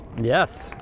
Yes